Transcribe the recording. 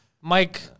Mike